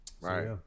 right